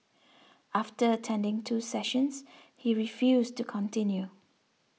after attending two sessions he refused to continue